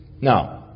Now